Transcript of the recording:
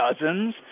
Dozens